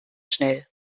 schnell